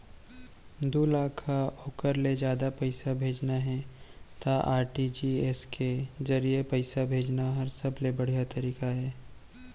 दू लाख या ओकर ले जादा पइसा भेजना हे त आर.टी.जी.एस के जरिए पइसा भेजना हर सबले बड़िहा तरीका अय